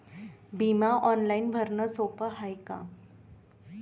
बिमा ऑनलाईन भरनं सोप हाय का?